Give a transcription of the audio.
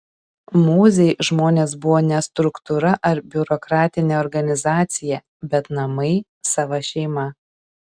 mozei žmonės buvo ne struktūra ar biurokratinė organizacija bet namai sava šeima